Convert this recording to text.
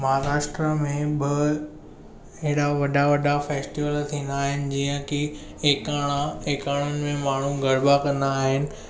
महाराष्ट्र में ॿ हेॾा वॾा वॾा फेस्टिवल थींदा आहिनि जीअं कि एकाणा एकाणनि में माण्हू गरबा कंदा आहिनि